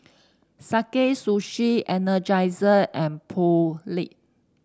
Sakae Sushi Energizer and Poulet